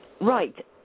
Right